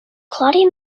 claudia